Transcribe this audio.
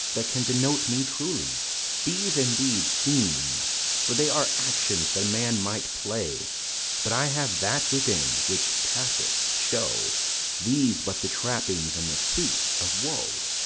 that can denote me truly these, indeed, seem for they are actions that a man might play but i have that within which passeth show these but the trappings and the suits of woe.